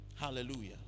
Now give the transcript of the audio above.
Hallelujah